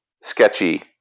sketchy